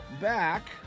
back